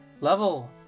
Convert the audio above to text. level